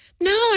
No